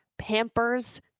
Pampers